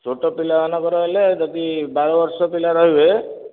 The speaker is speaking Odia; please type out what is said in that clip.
ଛୋଟ ପିଲାମାନଙ୍କର ହେଲେ ଯଦି ବାର ବର୍ଷ ପିଲା ରହିବେ